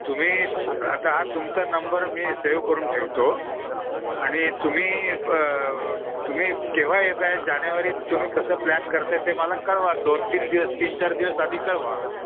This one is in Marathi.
तुम्ही तर आता हा तुमचा नंबर मी सेव्ह करून ठेवतो आणि तुम्ही ब तुम्ही केव्हा येत आहे जानेवारीत तुम्ही कसं प्लॅन करत आहे ते मला कळवा दोन तीन दिवस तीन चार दिवस आधी कळवा